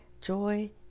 joy